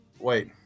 Wait